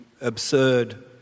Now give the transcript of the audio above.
absurd